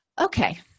okay